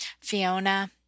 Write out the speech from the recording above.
Fiona